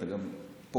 אתה גם "פה".